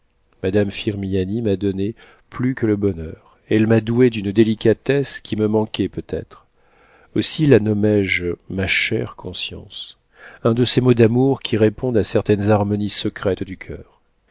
madame firmiani m'a donné plus que le bonheur elle m'a doué d'une délicatesse qui me manquait peut-être aussi la nommé je ma chère conscience un de ces mots d'amour qui répondent à certaines harmonies secrètes du coeur